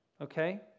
okay